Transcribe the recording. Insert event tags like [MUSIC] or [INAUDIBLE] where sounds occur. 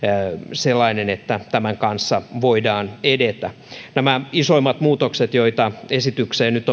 sellainen että tämän kanssa voidaan edetä nämä isoimmat muutokset joita esitykseen nyt [UNINTELLIGIBLE]